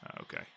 Okay